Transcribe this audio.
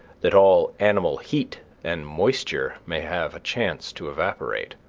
that all animal heat and moisture may have a chance to evaporate.